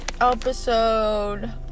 Episode